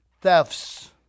Thefts